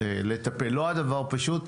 זה לא דבר פשוט.